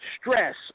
stress